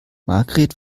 margret